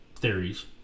theories